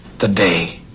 the day,